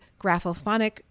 graphophonic